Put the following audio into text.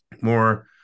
more